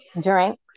drinks